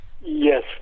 yes